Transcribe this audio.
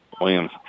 Williams